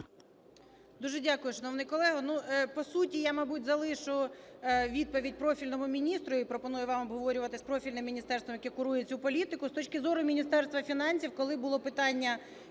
Дуже дякую, шановний колего. По суті, я, мабуть, залишу відповідь профільному міністру. І пропоную вам обговорювати з профільним міністерством, яке курує цю політику. З точки зору Міністерства фінансів, коли було питання,